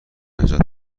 نجات